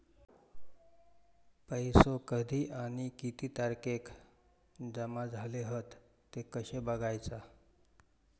पैसो कधी आणि किती तारखेक जमा झाले हत ते कशे बगायचा?